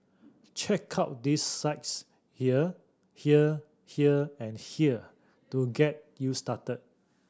check out these sites here here here and here to get you started